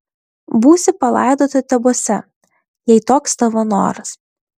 būsi palaidota tebuose jei toks tavo noras